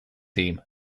team